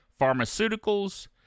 pharmaceuticals